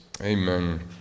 Amen